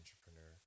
entrepreneur